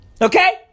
Okay